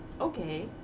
Okay